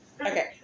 Okay